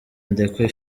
ndekwe